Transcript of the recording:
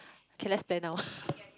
okay let's plan now